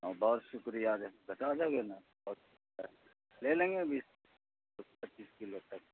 ہاں بہت شکریہ ذرا سا دوگے نا بہت شکریہ لے لیں گے بیس پچیس کلو تک